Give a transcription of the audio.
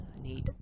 Neat